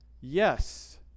Yes